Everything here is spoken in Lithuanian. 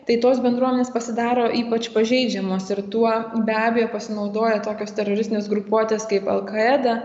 tai tos bendruomenės pasidaro ypač pažeidžiamos ir tuo be abejo pasinaudoja tokios teroristinės grupuotės kaip al qaeda